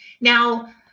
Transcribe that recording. now